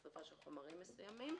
משריפה של חומרים מסוימים.